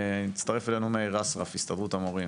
מצטרף אלינו מאיר אסרף, הסתדרות המורים.